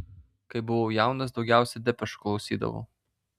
kai buvau jaunas daugiausiai depešų klausydavau